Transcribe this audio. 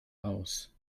aus